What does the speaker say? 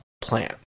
plant